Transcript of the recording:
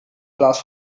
plaats